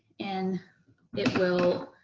and it will